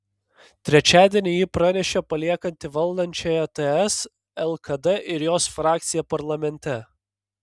trečiadienį ji pranešė paliekanti valdančiąją ts lkd ir jos frakciją parlamente